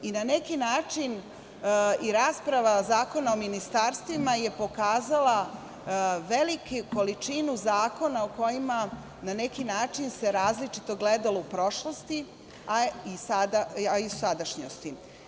Na neki način i rasprava Zakona o ministarstvima je pokazala veliku količinu zakona o kojima na neki način se različito gledalo u prošlosti, a i sadašnjosti.